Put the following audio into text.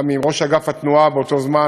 גם עם ראש אגף התנועה באותו זמן,